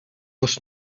was